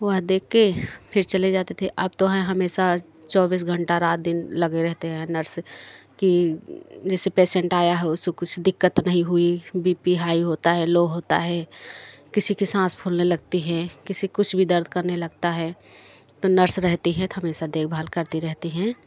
वह देख के फिर चले जाते थे अब तो हैं हमेशा चौबीस घंटा रात दिन लगे रहते हैं नर्स कि जैसे पेशेंट आया है उसे कुछ दिक्कत नहीं हुई बीपी हाई होता है लो होता है किसी कि सांस फूलने लगती हैं किसी के कुछ भी दर्द करने लगता है तो नर्स रहती हैं तो हमेशा देखभाल करती रहती हैं